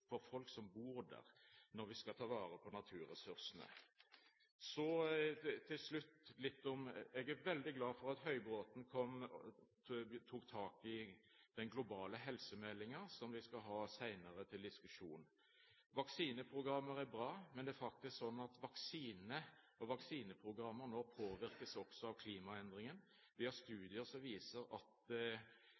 som bor der, når vi skal ta vare på naturressursene. Jeg er veldig glad for at Høybråten tok tak i den globale helsemeldingen, som vi skal diskutere senere. Vaksineprogrammer er bra, men det er faktisk sånn at vaksinene og vaksineprogrammene nå også påvirkes av klimaendringen. Vi har studier som viser at